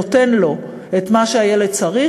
נותנים לילד את מה שילד צריך,